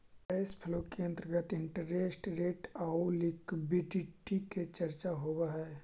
cash flow के अंतर्गत interest rate आउ लिक्विडिटी के चर्चा होवऽ हई